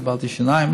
קיבלתי שיניים,